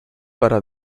para